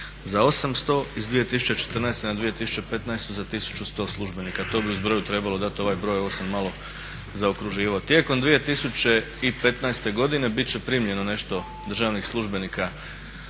2014.za 800, iz 2014.na 2015.za 1.100 službenika, to bi u zbroju trebalo dati ovaj broj. Ovo sam malo zaokruživao. Tijekom 2015.godine bit će primljeno nešto državnih službenika